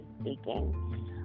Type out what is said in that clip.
speaking